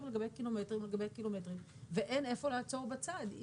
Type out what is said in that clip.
על גבי קילומטרים על גבי קילומטרים ואין איפה לעצור בצד.